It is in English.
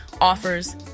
offers